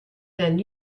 than